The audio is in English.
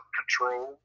control